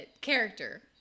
character